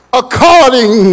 according